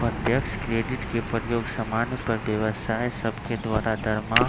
प्रत्यक्ष क्रेडिट के प्रयोग समान्य पर व्यवसाय सभके द्वारा दरमाहा